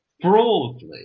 broadly